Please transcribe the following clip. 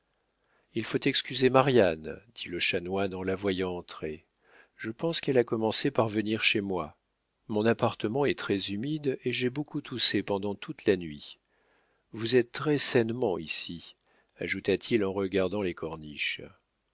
il faut excuser marianne dit le chanoine en la voyant entrer je pense qu'elle a commencé par venir chez moi mon appartement est très humide et j'ai beaucoup toussé pendant toute la nuit vous êtes très sainement ici ajouta-t-il en regardant les corniches